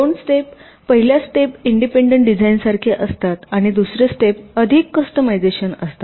दोन स्टेप पहिल्या step independent डिझाइनसारखे असतात आणि दुसरे स्टेप अधिक कस्टमायजेशन असतात